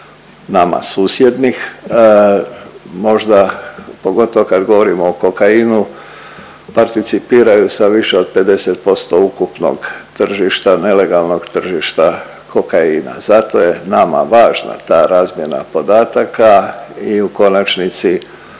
nama susjednih, možda pogotovo kad govorimo o kokainu participiraju sa više od 50% ukupnog tržišta, nelegalnog tržišta kokaina. Zato je nama važna ta razmjena podataka i u konačnici